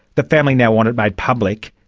the family now want it made public.